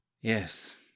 Yes